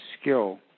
skill